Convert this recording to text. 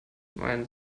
mein